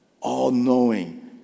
all-knowing